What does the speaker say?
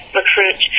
recruit